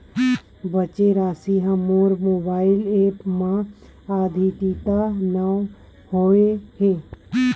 बचे राशि हा मोर मोबाइल ऐप मा आद्यतित नै होए हे